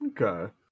Okay